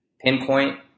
pinpoint